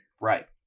right